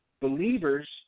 believers